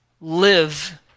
live